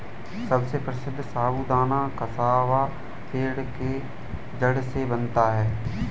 सबसे प्रसिद्ध साबूदाना कसावा पेड़ के जड़ से बनता है